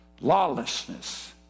lawlessness